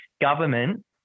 government